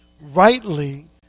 rightly